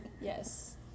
yes